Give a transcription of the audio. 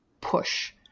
push